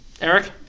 Eric